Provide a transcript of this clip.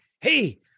Hey